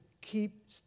keep